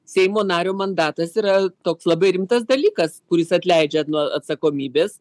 seimo nario mandatas yra toks labai rimtas dalykas kuris atleidžia nuo atsakomybės